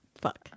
Fuck